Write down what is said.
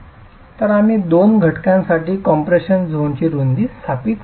तर आम्ही दोन घटनांसाठी कॉम्प्रेशन झोनची रुंदी स्थापित केली आहे